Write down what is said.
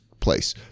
place